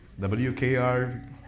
WKR